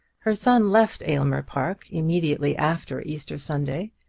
her son left aylmer park immediately after easter sunday,